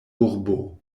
urbo